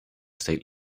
state